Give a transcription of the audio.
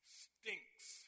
stinks